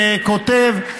כותב,